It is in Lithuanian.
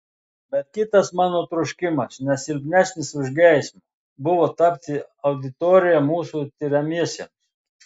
bet kitas mano troškimas ne silpnesnis už geismą buvo tapti auditorija mūsų tiriamiesiems